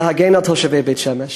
ואני רוצה להגן על תושבי בית-שמש,